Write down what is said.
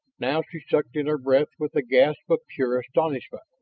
now she sucked in her breath with a gasp of pure astonishment.